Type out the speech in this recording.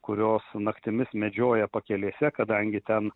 kurios naktimis medžioja pakelėse kadangi ten